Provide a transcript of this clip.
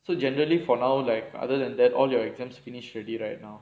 so generally for now like other than that all your exams finish already right now